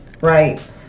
right